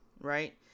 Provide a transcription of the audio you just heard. right